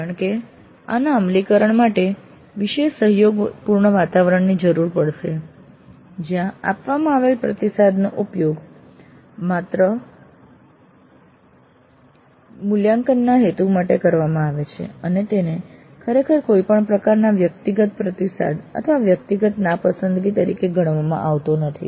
કારણ કે આના અમલીકરણ માટે વિશેષ સહયોગપૂર્ણ વાતાવરણની જરૂર પડશે જ્યાં આપવામાં આવેલ પ્રતિસાદનો ઉપયોગ માત્ર મૂલ્યાંકનના હેતુ માટે કરવામાં આવે છે અને તેને ખરેખર કોઈ પણ પ્રકારના વ્યક્તિગત પ્રતિસાદ અથવા વ્યક્તિગત નાપસંદગી તરીકે ગણવામાં આવતો નથી